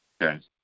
Okay